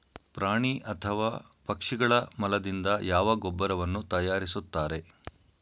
ಪ್ರಾಣಿ ಅಥವಾ ಪಕ್ಷಿಗಳ ಮಲದಿಂದ ಯಾವ ಗೊಬ್ಬರವನ್ನು ತಯಾರಿಸುತ್ತಾರೆ?